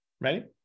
Ready